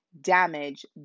damage